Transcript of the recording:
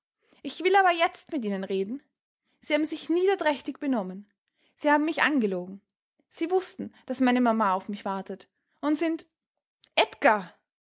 ich will aber jetzt mit ihnen reden sie haben sich niederträchtig benommen sie haben mich angelogen sie wußten daß meine mama auf mich wartet und sind edgar